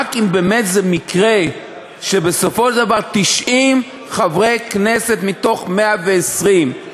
רק אם באמת זה מקרה שבסופו של דבר 90 חברי כנסת מתוך 120 יסכימו.